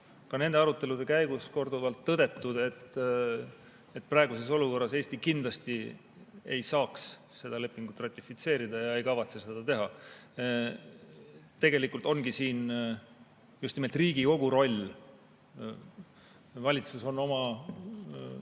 ka nende arutelude käigus korduvalt tõdetud, et praeguses olukorras Eesti kindlasti ei saaks seda lepingut ratifitseerida ja ei kavatse seda teha. Tegelikult ongi siin just nimelt Riigikogu roll. Valitsus on oma